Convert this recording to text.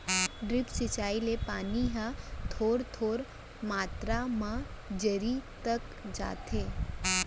drip सिंचई ले पानी ह थोर थोर मातरा म जरी तक जाथे